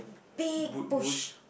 big bush